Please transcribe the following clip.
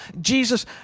Jesus